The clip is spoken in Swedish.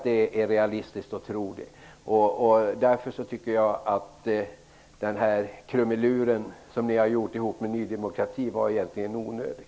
Det är realistiskt att tro det. Därför var krumeluren som ni gjorde ihop med Ny demokrati onödig.